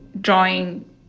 drawing